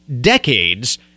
decades